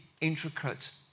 intricate